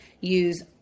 use